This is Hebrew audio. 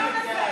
אתה לא מתבייש?